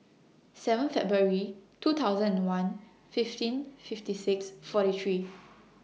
seven February two thousand and one fifteen fifty six forty three